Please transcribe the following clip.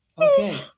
Okay